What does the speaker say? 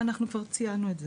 אנחנו כבר ציינו את זה.